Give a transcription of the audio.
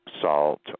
salt